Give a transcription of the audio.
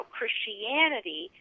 Christianity